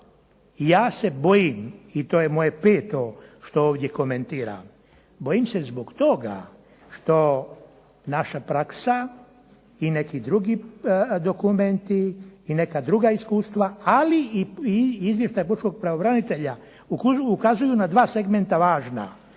Ja se bojim i to je moje peto što ovdje komentiram, bojim se zbog toga što naša praksa i neki drugi dokumenti i neka druga iskustva, ali i izvještaj Pučkog pravobranitelja ukazuju na dva segmenta važna.